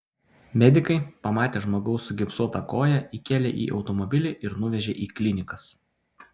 medikai pamatę žmogaus sugipsuotą koją įkėlė į automobilį ir nuvežė į klinikas